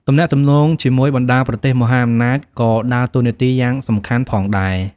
ទំនាក់ទំនងជាមួយបណ្តាប្រទេសមហាអំណាចក៏ដើរតួនាទីយ៉ាងសំខាន់ផងដែរ។